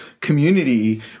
community